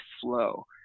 flow